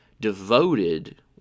devoted